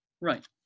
Right